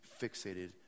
fixated